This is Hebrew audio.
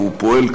והוא פועל,